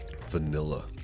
vanilla